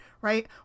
right